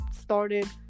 started